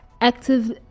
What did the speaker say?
active